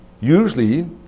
usually